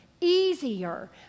easier